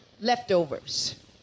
leftovers